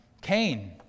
Cain